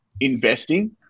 investing